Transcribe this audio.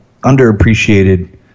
underappreciated